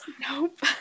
Nope